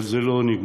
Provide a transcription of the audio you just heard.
אבל זה לא נגמר.